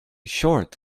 short